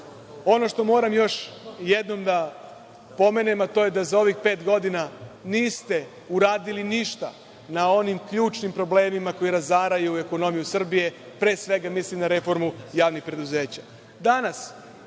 ono što moram još jednom da pomenem, a to je da za ovih pet godina niste uradili ništa na onim ključnim problemima koji razaraju ekonomiju Srbije, pre svega mislim na reformu javnih preduzeća.